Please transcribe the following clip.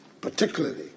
particularly